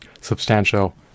substantial